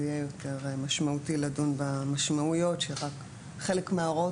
יהיה יותר משמעותי לדון במשמעויות של כך שחלק מההערות